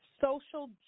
Social